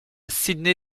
sydney